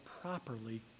properly